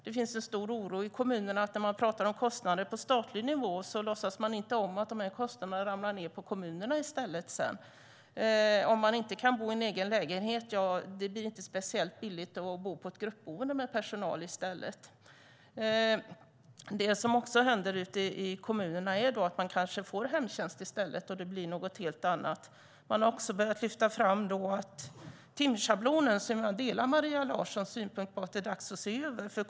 Det finns en stor oro i kommunerna att när man talar om kostnader på statlig nivå låtsas man inte om att kostnaderna ramlar ned på kommunerna i stället. När en person inte kan bo i egen lägenhet blir det inte speciellt billigt att bo i ett gruppboende med personal i stället. Det som händer i kommunen är att en person får hemtjänst i stället. Det blir något helt annat. Jag instämmer i Maria Larssons synpunkt att det är dags att se över timschablonen.